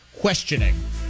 questioning